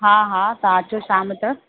हा हा तव्हां अचो शाम त